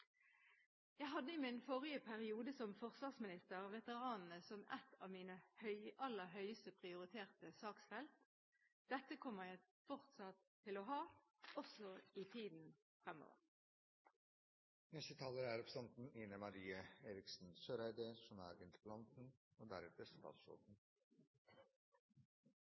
Jeg hadde i min forrige periode som forsvarsminister veteranene som en av mine aller høyest prioriterte saksfelt. Dette kommer jeg fortsatt til å ha også i tiden fremover.